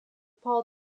paul